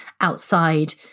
outside